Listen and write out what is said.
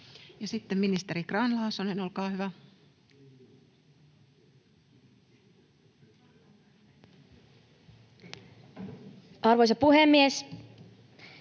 sitten ministeri Grahn-Laasonen, olkaa hyvä. [Speech